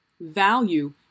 value